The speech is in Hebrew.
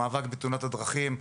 המאבק בתאונות הדרכים,